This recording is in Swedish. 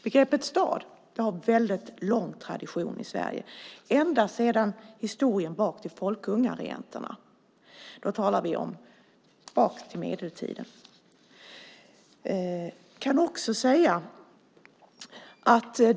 Begreppet stad har en väldigt lång tradition i Sverige, ända sedan historien bakåt till folkungaregenterna. Då talar vi om medeltiden.